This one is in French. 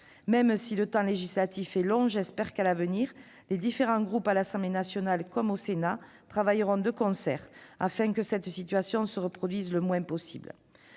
Même si le temps législatif est long, j'espère qu'à l'avenir les différents groupes à l'Assemblée nationale comme au Sénat travailleront de concert afin que cette situation se reproduise le moins possible.